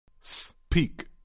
Speak